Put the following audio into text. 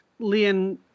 Lian